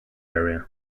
area